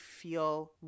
feel